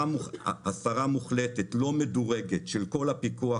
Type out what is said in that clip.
הסרה מוחלטת לא מדורגת של כל הפיקוח